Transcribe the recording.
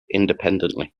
independently